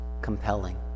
compelling